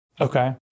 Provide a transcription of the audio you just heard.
Okay